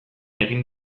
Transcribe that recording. egin